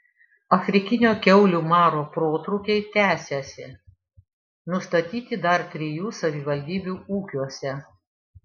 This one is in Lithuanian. afrikinio kiaulių maro protrūkiai tęsiasi nustatyti dar trijų savivaldybių ūkiuose